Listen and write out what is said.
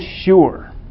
sure